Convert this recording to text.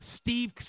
Steve